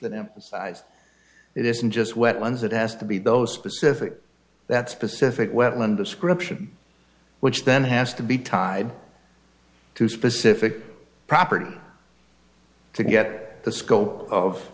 them it isn't just wetlands it has to be those specific that specific wetland description which then has to be tied to specific property to get the scope of